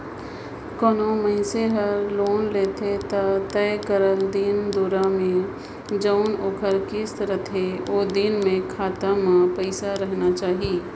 कोनो मइनसे हर लोन लेथे ता तय करल दिन दुरा में जउन ओकर किस्त रहथे ओ दिन में खाता पइसा राहना चाही